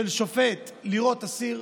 של שופט לראות אסיר.